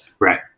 Right